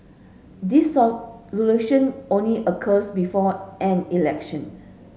dissolution only occurs before an election